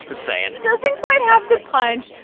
saying doesn't quite have the punch,